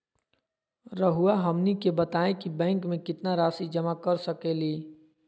रहुआ हमनी के बताएं कि बैंक में कितना रासि जमा कर सके ली?